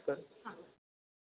तर्हि हा